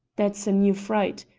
that's a new freit.